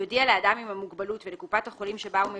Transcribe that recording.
יודיע לאדם עם המוגבלות ולקופת החולים שבה הוא מבוטח,